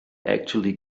actually